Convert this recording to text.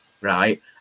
right